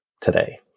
today